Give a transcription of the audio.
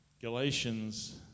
Galatians